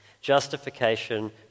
Justification